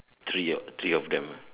three three of them uh